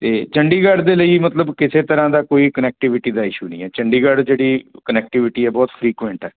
ਅਤੇ ਚੰਡੀਗੜ੍ਹ ਦੇ ਲਈ ਮਤਲਬ ਕਿਸੇ ਤਰ੍ਹਾਂ ਦਾ ਕੋਈ ਕਨੈਕਟੀਵਿਟੀ ਦਾ ਇਸ਼ੂ ਨਹੀਂ ਹੈ ਚੰਡੀਗੜ੍ਹ ਜਿਹੜੀ ਕਨੈਕਟੀਵਿਟੀ ਹੈ ਬਹੁਤ ਫਰੀਕੁਐਂਟ ਆ